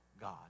God